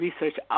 research